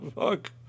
fuck